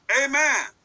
Amen